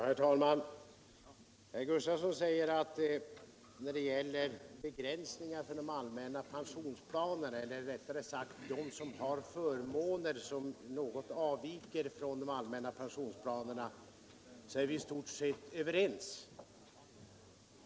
Herr talman! Herr Gustafsson i Borås säger att när det gäller begränsningar i de allmänna pensionsplanerna, eller rättare sagt begränsningar för dem som har förmåner som något avviker från de allmänna pensionsplanerna, är vi i stort sett överens.